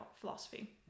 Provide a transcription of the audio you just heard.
philosophy